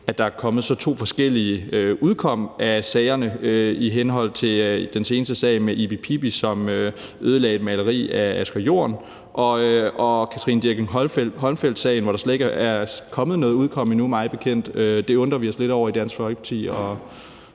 at der er kommet to så forskellige ting ud af sagerne i henhold til den seneste sag med Ibi-Pippi, som ødelagde et maleri af Asger Jorn, og i Katrine Dirckinck-Holmfeld-sagen er der mig bekendt slet ikke kommet noget ud af det endnu. Det undrer vi os lidt over i Dansk Folkeparti,